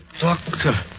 Doctor